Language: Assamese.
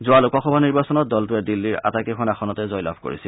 যোৱা লোকসভা নিৰ্বাচনত দলটোৱে দিল্লীৰ আটাইকেইখন আসনতে জয়লাভ কৰিছিল